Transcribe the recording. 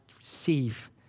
receive